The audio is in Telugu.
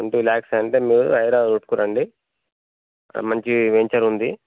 టొంటీ ల్యాక్స్ అంటే మేమే అయినా అవి ఎత్తుకోన్ రాండి మంచి వెంచర్ ఉంది